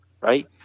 right